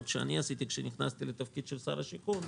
שעשיתי כאשר נכנסתי לתפקידי כשר הבינוי והשיכון,